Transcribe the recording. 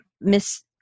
miss